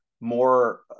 more